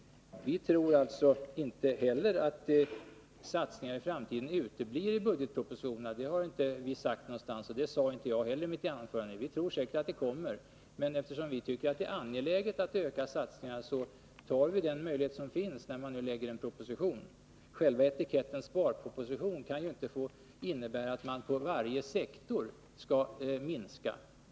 Vi tror inte att satsningar i framtiden uteblir i budgetpropositionerna. Det har vi inte sagt någonstans, och det sade jag inte heller i mitt anförande. Men eftersom vi tycker att ökade satsningar är angelägna tar vi den möjlighet som finns, när regeringen lägger fram en proposition. Själva etiketten sparproposition kan ju inte få innebära att varje sektor skall minska.